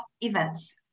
events